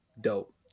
dope